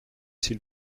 s’il